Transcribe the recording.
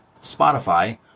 Spotify